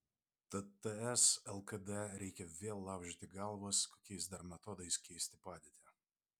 tad ts lkd reikia vėl laužyti galvas kokiais dar metodais keisti padėtį